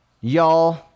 Y'all